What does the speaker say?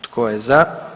Tko je za?